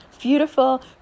Beautiful